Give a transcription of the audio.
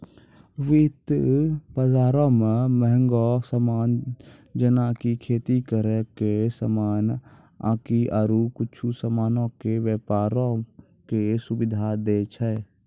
वित्त बजारो मे मंहगो समान जेना कि खेती करै के समान आकि आरु कुछु समानो के व्यपारो के सुविधा दै छै